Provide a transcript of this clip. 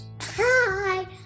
hi